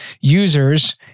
users